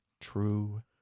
True